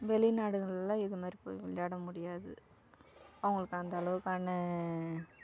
வெளிநாடுகளில் இது மாதிரி போய் விளாட முடியாது அவங்களுக்கு அந்தளவுக்கான